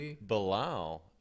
Bilal